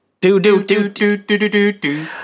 Do-do-do-do-do-do-do-do